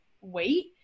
wait